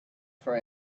for